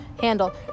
handle